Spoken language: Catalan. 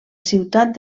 ciutat